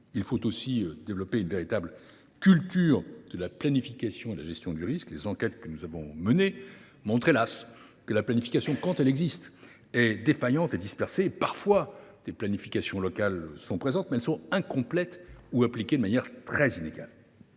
Il faut aussi développer une véritable culture de la planification et de la gestion du risque. Les enquêtes que nous avons menées montrent, hélas ! que la planification, quand elle existe, est défaillante et dispersée. Parfois, des planifications locales existent, mais elles sont incomplètes ou appliquées de manière très inégale.